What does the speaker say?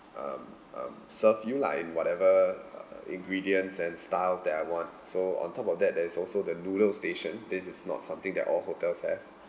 um um serve you lah in whatever uh ingredients and styles that I want so on top of that there is also the noodle station this is not something that all hotels have